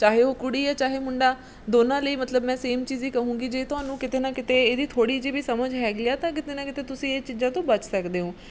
ਚਾਹੇ ਉਹ ਕੁੜੀ ਹੈ ਚਾਹੇ ਮੁੰਡਾ ਦੋਨਾਂ ਲਈ ਮਤਲਬ ਮੈਂ ਸੇਮ ਚੀਜ਼ ਹੀ ਕਹੂੰਗੀ ਜੇ ਤੁਹਾਨੂੰ ਕਿਤੇ ਨਾ ਕਿਤੇ ਇਹਦੀ ਥੋੜ੍ਹੀ ਜਿਹੀ ਵੀ ਸਮਝ ਹੈਗੀ ਆ ਤਾਂ ਕਿਤੇ ਨਾ ਕਿਤੇ ਤੁਸੀਂ ਇਹ ਚੀਜ਼ਾਂ ਤੋਂ ਬਚ ਸਕਦੇ ਹੋ